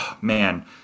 man